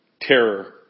terror